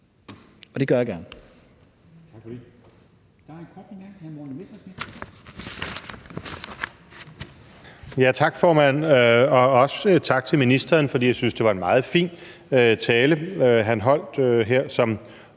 og det gør jeg gerne.